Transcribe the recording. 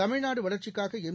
தமிழ்நாடுவளர்ச்சிக்காகளம்